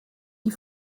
die